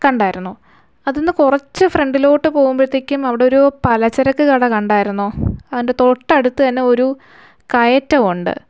കണ്ടായിരുന്നോ അതിന് കുറച്ചു ഫ്രണ്ടിലോട്ട് പോകുമ്പോഴത്തേക്കും അവിടെ ഒരു പലചരക്ക് കട കണ്ടായിരുന്നോ അതിൻ്റെ തൊട്ടടുത്ത് തന്നെ ഒരു കയറ്റമുണ്ട്